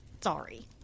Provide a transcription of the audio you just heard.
sorry